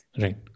Right